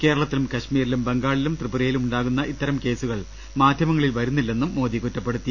കേരളത്തിലും കശ്മീരിലും ബംഗാളിലും ത്രിപുര യിലും ഉണ്ടാകുന്ന ഇത്തരം കേസുകൾ മാധൃമങ്ങളിൽ വരുന്നി ല്ലെന്നും മോദി കുറ്റപ്പെടുത്തി